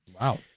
Wow